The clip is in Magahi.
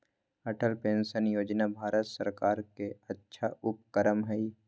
अटल पेंशन योजना भारत सर्कार के अच्छा उपक्रम हई